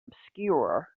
obscure